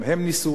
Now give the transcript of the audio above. גם הם ניסו,